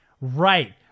Right